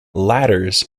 ladders